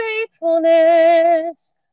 faithfulness